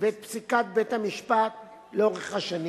ואת פסיקת בית-המשפט לאורך השנים,